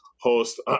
host